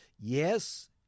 Yes